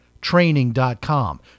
training.com